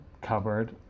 cupboard